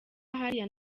hariya